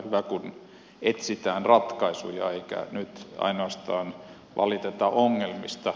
hyvä kun etsitään ratkaisuja eikä nyt ainoastaan valiteta ongelmista